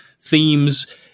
themes